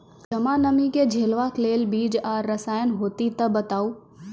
ज्यादा नमी के झेलवाक लेल बीज आर रसायन होति तऽ बताऊ?